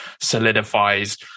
solidifies